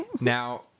now